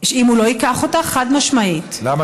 אם הוא לא ייקח אותה?